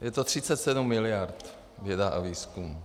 Je to 37 miliard věda a výzkum.